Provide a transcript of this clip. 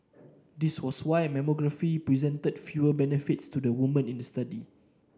this was why mammography presented fewer benefits to the women in the study